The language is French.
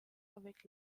avec